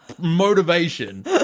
motivation